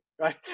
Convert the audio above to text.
right